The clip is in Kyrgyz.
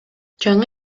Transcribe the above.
жаңы